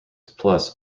plus